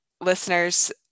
listeners